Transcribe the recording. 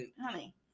honey